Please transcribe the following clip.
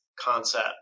concept